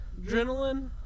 Adrenaline